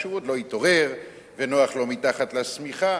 שהוא עוד לא התעורר ונוח לו מתחת לשמיכה.